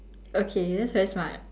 okay that's very smart